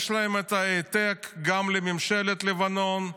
יש להם העתק, גם לממשלת לבנון,